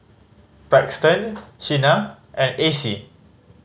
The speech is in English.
Braxton Chynna and Acy